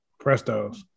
Prestos